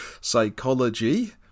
psychology